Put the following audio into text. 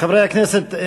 חברי הכנסת,